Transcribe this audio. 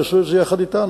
יעשו את זה יחד אתנו,